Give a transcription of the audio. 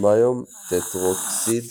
אוסמיום טטרוקסיד